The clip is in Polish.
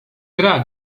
gra